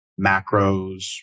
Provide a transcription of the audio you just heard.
macros